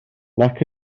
nac